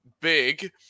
big